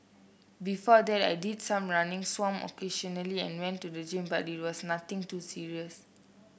before that I did some running swam occasionally and went to the gym but it was nothing too serious